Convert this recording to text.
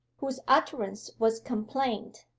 whose utterance was complaint,